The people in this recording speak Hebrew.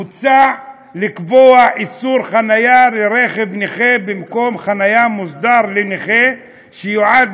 מוצע לקבוע איסור חניה לרכב נכה במקום חניה מוסדר לנכה שיועד